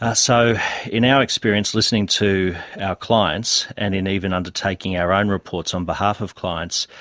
ah so in our experience listening to our clients and in even undertaking our own reports on behalf of clients,